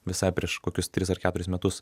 visai prieš kokius tris ar keturis metus